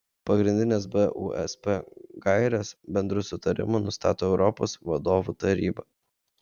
pagrindines busp gaires bendru sutarimu nustato europos vadovų taryba